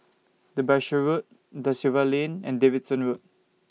Derbyshire Road DA Silva Lane and Davidson Road